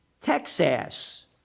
Texas